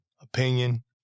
opinion